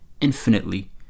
infinitely